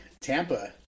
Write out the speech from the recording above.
Tampa